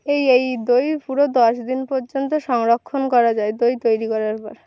এই এই দই পুরো দশ দিন পর্যন্ত সংরক্ষণ করা যায় দই তৈরি করার পর